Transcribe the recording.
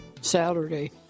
Saturday